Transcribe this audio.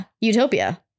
utopia